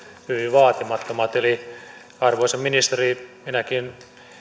vaatimattomat eli arvoisa ministeri minäkin